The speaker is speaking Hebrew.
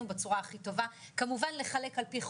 בצורה הכי טובה כמובן לחלק על פי חוק,